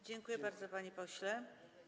Dziękuję bardzo, panie pośle.